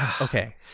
Okay